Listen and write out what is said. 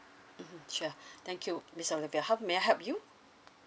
mm sure thank you miss olivia how may I help you